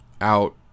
out